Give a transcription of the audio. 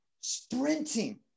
sprinting